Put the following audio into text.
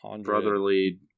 brotherly